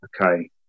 okay